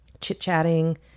chit-chatting